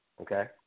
Okay